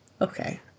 Okay